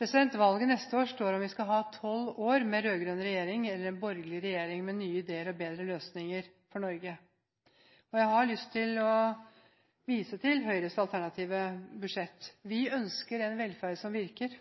Valget neste år står om vi skal ha tolv år med rød-grønn regjering eller en borgerlig regjering med nye ideer og bedre løsninger for Norge. Jeg har lyst til å vise til Høyres alternative budsjett. Vi ønsker en velferd som virker.